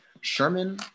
Sherman